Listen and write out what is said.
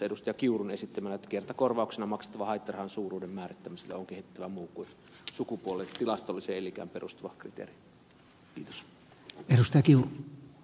kiurun esittämänä että kertakorvauksena maksettavan haittarahan suuruuden määrittämiselle on kehitettävä muu kuin sukupuolten tilastolliseen elinikään perustuva kriteeri